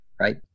right